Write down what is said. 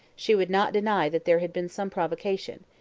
she would not deny that there had been some provocation,